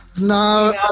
No